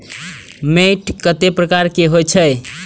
मैंट कतेक प्रकार के होयत छै?